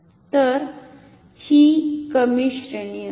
तर ही कमी श्रेणी असेल